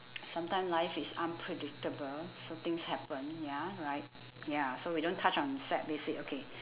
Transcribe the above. sometimes life is unpredictable so things happen ya right ya so we don't touch on sad base okay